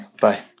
Bye